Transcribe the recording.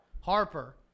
Harper